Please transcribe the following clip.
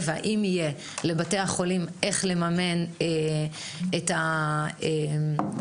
והאם יהיה לבתי החולים איך לממן את הפנסיות,